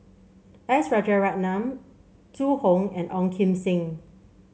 S Rajaratnam Zhu Hong and Ong Kim Seng